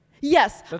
Yes